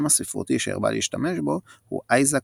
השם הספרותי שהרבה להשתמש בו הוא Isaac Bickerstaff.